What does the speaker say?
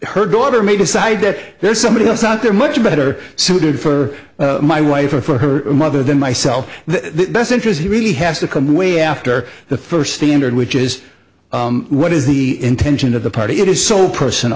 her daughter may decide that there's somebody else out there much better suited for my wife or for her mother than myself the best interest he really has to come in way after the first standard which is what is the intention of the party it is so person